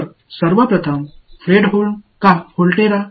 எனவே முதலில் ஃப்ரெட்ஹோம் ஏன் ஏன் வோல்டெரா